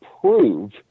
prove